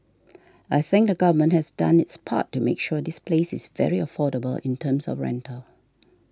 I think the government has done its part to make sure this place is very affordable in terms of rental